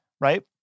right